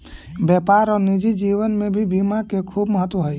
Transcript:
व्यापार और निजी जीवन में भी बीमा के खूब महत्व हई